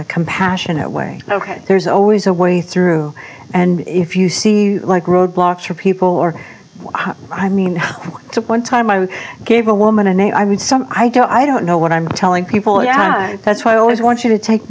a compassionate way ok there's always a way through and if you see like road blocks for people or i mean one time i gave a woman an a i mean some i don't i don't know what i'm telling people yeah that's why i always want you to take